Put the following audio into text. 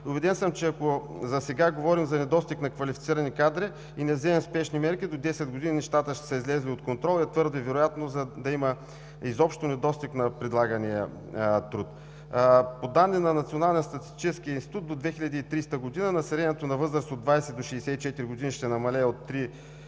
Убеден съм, че ако засега говорим за недостиг на квалифицирани кадри и не вземем спешни мерки, до 10 години нещата ще са излезли от контрол, а е твърде вероятно да има изобщо недостиг на предлагания труд. По данни на Националния статистически институт до 2030 г. населението на възраст от 20 до 64 години ще намалее от 3,7